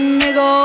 nigga